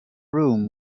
room